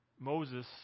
Moses